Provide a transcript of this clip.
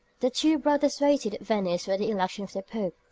the two brothers waited at venice for the election of the pope,